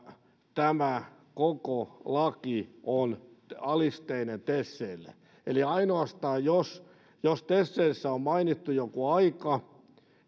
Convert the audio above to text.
tämä koko laki on alisteinen teseille eli ainoastaan jos jos teseissä on mainittu joku aika